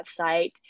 website